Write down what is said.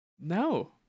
No